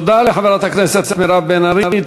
תודה לחברת הכנסת מירב בן ארי.